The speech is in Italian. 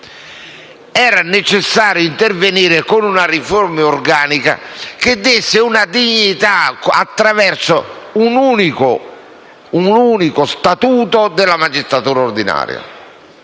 necessario intervenire con una riforma organica, che desse una dignità, attraverso un unico statuto della magistratura onoraria.